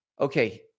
okay